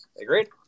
Agreed